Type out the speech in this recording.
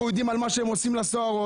אנחנו יודעים על מה שהם עושים לסוהרות,